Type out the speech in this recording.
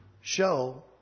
show